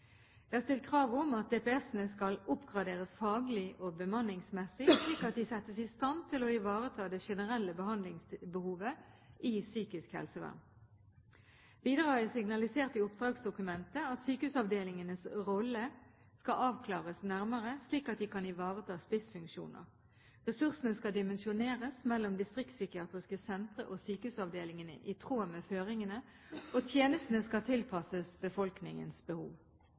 Jeg har stilt krav om at DPS-ene skal oppgraderes faglig og bemanningsmessig, slik at de settes i stand til å ivareta det generelle behandlingsbehovet i psykisk helsevern. Videre har jeg signalisert i oppdragsdokumentet at sykehusavdelingenes rolle skal avklares nærmere, slik at de kan ivareta spissfunksjoner. Ressursene skal dimensjoneres mellom distriktspsykiatriske sentre og sykehusavdelingene i tråd med føringene, og tjenestene skal tilpasses befolkningens behov.